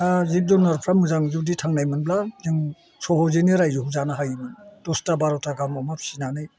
जिब जुनारफ्रा मोजां जुदि थांनायमोनब्ला जों सहजैनो रायजोखौ जानो हायोमोन दसथा बार'था गाहाम अमा फिनानै